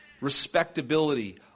respectability